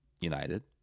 United